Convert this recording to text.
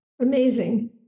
Amazing